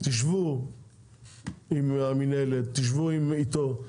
תשבו עם המינהלת, תשבו איתו.